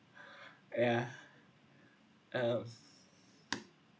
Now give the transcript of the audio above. yeah uh